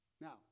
Now